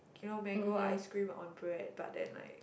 you know mango ice cream on bread but then like